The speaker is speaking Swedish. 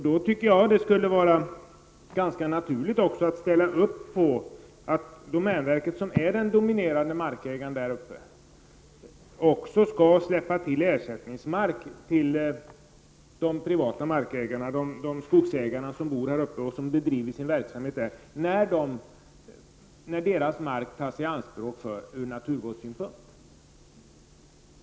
Då tycker jag att det skulle vara ganska naturligt att ställa upp på att domänverket, som är en dominerande markägare där uppe, skall släppa till ersättningsmark till de privata markägarna -- de skogsägare som bor där uppe och som bedriver sin verksamhet där -- när deras mark tas i anspråk ur naturvårdssynpunkt.